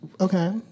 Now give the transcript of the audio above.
Okay